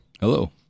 Hello